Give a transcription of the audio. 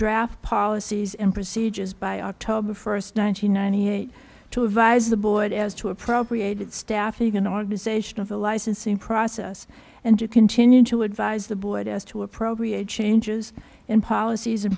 draft policies and procedures by october first nine hundred ninety eight to advise the board as to appropriate it staffing and organization of the licensing process and to continue to advise the board as to appropriate changes in policies and